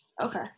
Okay